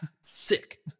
Sick